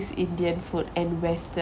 it's indian food and western